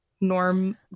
norm